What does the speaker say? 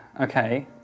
Okay